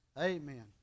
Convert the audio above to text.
Amen